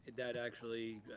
that actually.